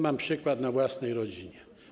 Mam przykład we własnej rodzinie.